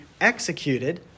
executed